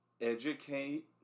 educate